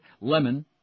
lemon